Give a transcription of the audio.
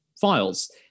files